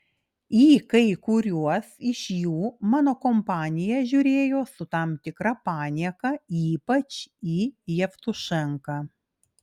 į kai kuriuos iš jų mano kompanija žiūrėjo su tam tikra panieka ypač į jevtušenką